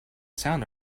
sound